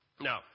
Now